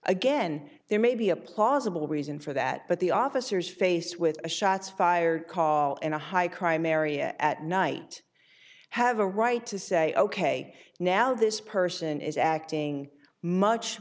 again there may be a plausible reason for that but the officers faced with a shots fired call in a high crime area at night have a right to say ok now this person is acting much